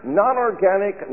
non-organic